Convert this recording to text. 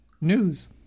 news